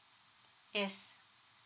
yes